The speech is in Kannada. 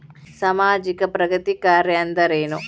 ಸಾಮಾಜಿಕ ಪ್ರಗತಿ ಕಾರ್ಯಾ ಅಂದ್ರೇನು?